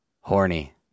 horny